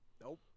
Nope